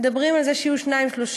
מדברים על זה שיהיו שניים-שלושה.